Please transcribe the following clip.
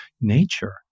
nature